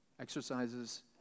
exercises